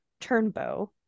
Turnbow